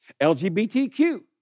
LGBTQ